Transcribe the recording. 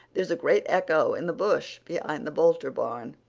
there's a great echo in the bush behind the boulter barn.